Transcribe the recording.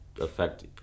affect